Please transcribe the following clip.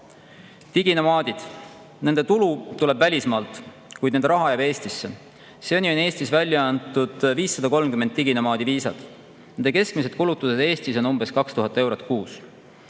Diginomaadid. Nende tulu tuleb välismaalt, kuid nende raha jääb Eestisse. Seni on Eestis välja antud 530 diginomaadi viisat. Nende keskmised kulutused Eestis on umbes 2000 eurot kuus.